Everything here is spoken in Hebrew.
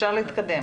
אפשר להתקדם.